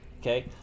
Okay